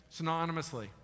Synonymously